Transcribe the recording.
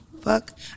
fuck